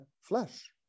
flesh